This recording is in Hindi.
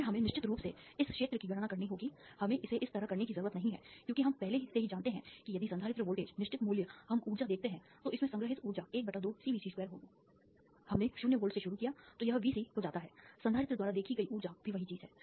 फिर हमें निश्चित रूप से इस क्षेत्र की गणना करनी होगी हमें इसे इस तरह करने की ज़रूरत नहीं है क्योंकि हम पहले से ही जानते हैं कि यदि संधारित्र वोल्टेज निश्चित मूल्य हम ऊर्जा देखते हैं तो इसमें संग्रहीत ऊर्जा ½CVc2 होगी हमने 0 वोल्ट से शुरू किया तो यह V C को जाता है संधारित्र द्वारा देखी गई ऊर्जा भी वही चीज है